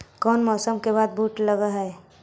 कोन मौसम के बाद बुट लग है?